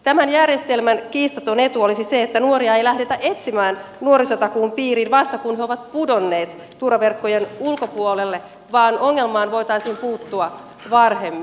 tämän järjestelmän kiistaton etu olisi se että nuoria ei lähdetä etsimään nuorisotakuun piiriin vasta kun he ovat pudonneet turvaverkkojen ulkopuolelle vaan ongelmaan voitaisiin puuttua varhemmin